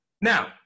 Now